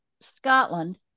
Scotland